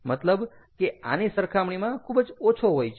મતલબ કે આની સરખામણીમાં ખૂબ જ ઓછો હોય છે